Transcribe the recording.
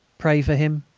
pray for him.